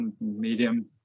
medium